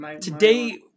Today